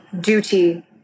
duty